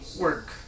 work